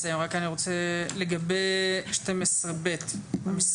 רק אני רוצה לגבי 12(ב) "המשרד